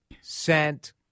sent